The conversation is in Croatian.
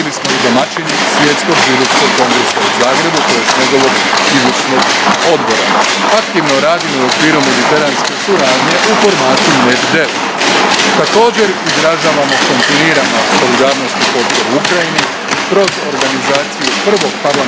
i domaćini Svjetskog židovskog kongresa u Zagrebu, tj. njegovog izvršnog odbora. Aktivno radimo i u okviru mediteranske suradnje u formatu MED 9. Također, izražavamo kontinuirano solidarnost i potporu Ukrajini kroz organizaciju Prvog parlamentarnog